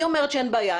היא אומרת שאין בעיה,